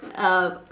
uh